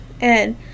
and-